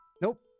Nope